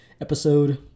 episode